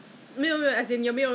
不懂是 after 还是